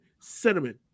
Cinnamon